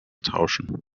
tauschen